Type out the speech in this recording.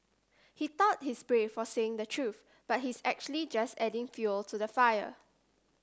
he thought he's brave for saying the truth but he's actually just adding fuel to the fire